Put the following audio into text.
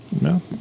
No